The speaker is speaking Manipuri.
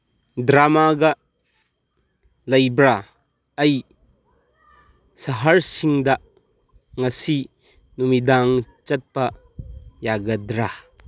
ꯗ꯭ꯔꯃꯥꯒ ꯂꯩꯕ꯭ꯔꯥ ꯑꯩ ꯁꯍꯔꯁꯤꯡꯗ ꯉꯁꯤ ꯅꯨꯃꯤꯗꯥꯡ ꯆꯠꯄ ꯌꯥꯒꯗ꯭ꯔꯥ